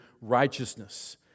righteousness